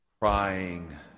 crying